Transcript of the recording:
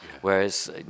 whereas